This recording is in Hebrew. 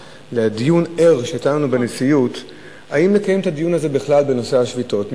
לדיון ער שהיה לנו בנשיאות אם לקיים בכלל את הדיון הזה בנושא השביתות,